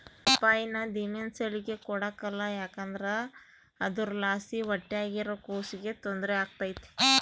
ಪಪ್ಪಾಯಿನ ದಿಮೆಂಸೇಳಿಗೆ ಕೊಡಕಲ್ಲ ಯಾಕಂದ್ರ ಅದುರ್ಲಾಸಿ ಹೊಟ್ಯಾಗಿರೋ ಕೂಸಿಗೆ ತೊಂದ್ರೆ ಆಗ್ತತೆ